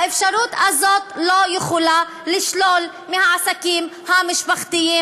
האפשרות הזאת לא יכולה לשלול מעסקים משפחתיים,